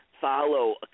follow